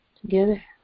together